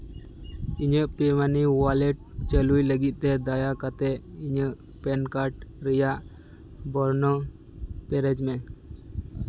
ᱤᱧᱟᱹᱜ pay money wallet ᱪᱟᱹᱞᱩᱭ ᱞᱟᱹᱜᱤᱫ ᱛᱮ ᱫᱟᱭᱟ ᱠᱟᱛᱮᱫ ᱤᱧᱟᱹᱜ ᱯᱮᱱᱠᱟᱨᱰ ᱨᱮᱭᱟᱜ ᱵᱚᱨᱱᱚ ᱯᱮᱨᱮᱡᱽ ᱢᱮ